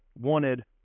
wanted